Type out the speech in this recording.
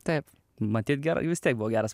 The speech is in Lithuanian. taip matyt gerai vis tiek buvo geras